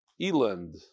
Eland